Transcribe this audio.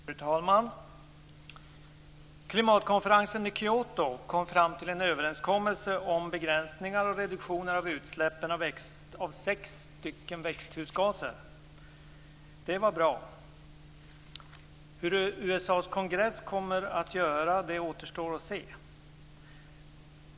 Fru talman! Klimatkonferensen i Kyoto kom fram till överenskommelser om begränsningar och reduktioner av utsläppen av sex växthusgaser. Det var bra. Hur USA:s kongress kommer att göra återstår att se.